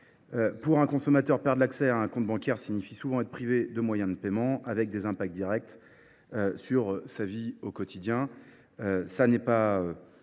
citoyens consommateurs. Perdre l’accès à un compte bancaire signifie souvent être privé de moyens de paiement, avec des conséquences directes sur la vie quotidienne.